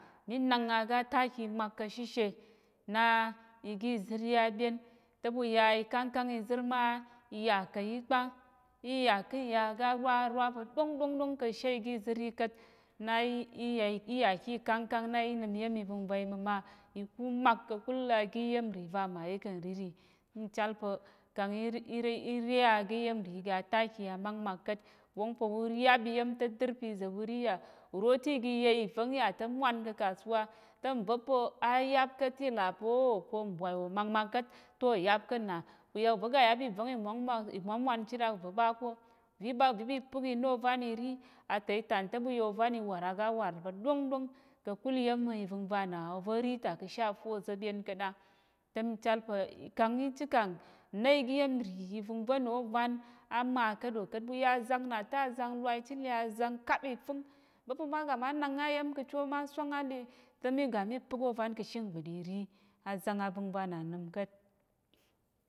Minang aga taki imak ka̱shishe na igizir yi aɓyen te ɓuya ikangkang izir ma iya ka̱yi kpa iya kiya aga arwa pa̱ ɗóngɗóngɗong kashe iziryi ka̱t na iyaki kangkang na inim iyem ivingva ima̱ma ikú mak kakul agiyemri va̱ mayi ka̱n riri nchalpa̱ kang ire agi yemri iga taki amakmak ka̱t. wongpo uyap iyem te dir pize ɓuri ya uro tigi ya iváng yata̱ mwan ka̱ kasuwa ta̱ nvapa̱ ayapkat ti lapo ó-ò pa̱ nbwai wo makmak ka̱t toyap ka̱na uya uva̱ gayap iváng imwa mwa limwanmwanchit a uva̱ ɓa ko viɓa uviɓi pək ina ovan iri atai itan teɓuya ovan iwar aga war pa̱ ɗongɗong kakul iyem ivingvana ova̱ rita ka̱she fuza ɓyen ka̱t a te michal pa̱ kang ichikan negi yemri ivingva̱na ovan ama ka̱tɗo ka̱t ɓuya zang nata̱ azang lwai chile azang kap ifíng va̱pa̱ maga manang ayem ka̱cho maswang ale te migami pək ovan ka̱shi ngbəd iri azang avingvana nimka̱t